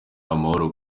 amahoro